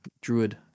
druid